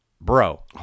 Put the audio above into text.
Bro